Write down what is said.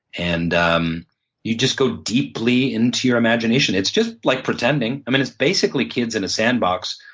and um you just go deeply into your imagination. it's just like pretending. i mean, it's basically kids in a sandbox,